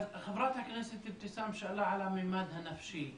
חברת הכנסת אבתיסאם שאלה על הממד הנפשי,